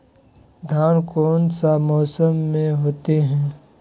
धान कौन सा मौसम में होते है?